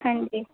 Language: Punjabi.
ਹਾਂਜੀ